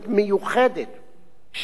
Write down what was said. שנועדה לעניין זה בלבד,